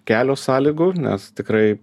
kelio sąlygų nes tikrai